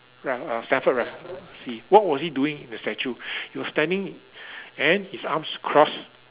Ra~ uh Stamford-Raffles he what was he doing in the statue he was standing and his arms crossed